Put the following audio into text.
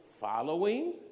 following